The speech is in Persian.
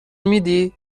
میدی